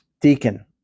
deacon